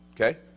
Okay